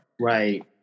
Right